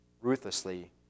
ruthlessly